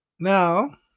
Now